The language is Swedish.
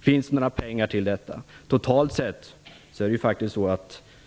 Finns det några pengar till detta? Totalt sett minskar faktiskt